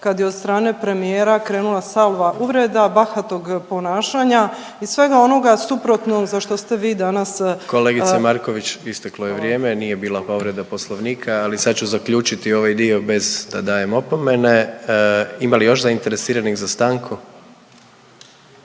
kad je od strane premijera krenula salva uvreda, bahatog ponašanja i svega onoga suprotnog za što ste vi danas… …Upadica predsjednik: Kolegice Marković, isteklo je vrijeme…/… hvala. **Jandroković, Gordan (HDZ)** …nije bila povreda Poslovnika, ali sad ću zaključiti ovaj dio bez da dajem opomene. Ima li još zainteresiranih za stanku?